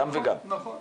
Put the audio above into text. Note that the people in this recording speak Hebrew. נכון.